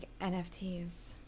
nfts